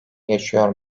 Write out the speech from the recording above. yaşıyor